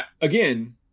Again